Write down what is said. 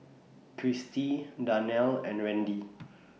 Cristi Darnell and Randy